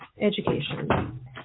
education